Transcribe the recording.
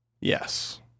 Yes